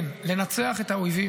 כן, לנצח את האויבים.